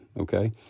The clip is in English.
okay